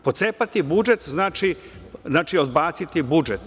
Pocepati budžet znači odbaciti budžet.